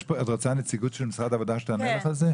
את רוצה נציגות של משרד העבודה שתענה לך על זה?